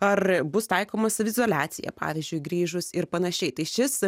ar bus taikoma saviizoliacija pavyzdžiui grįžus ir panašiai tai šis